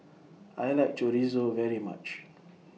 I like Chorizo very much